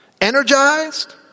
Energized